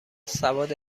سواد